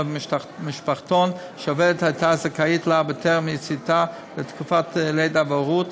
במשפחתון שהעובדת הייתה זכאית לה בטרם יציאתה לתקופת לידה והורות,